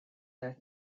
their